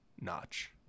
Notch